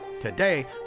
Today